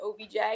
OBJ